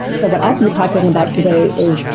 so but ah be talking about today is